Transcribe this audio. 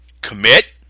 commit